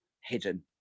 hidden